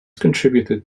contributed